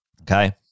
okay